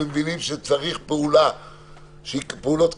ומבינים שצריך פעולות קשות,